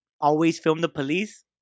always-film-the-police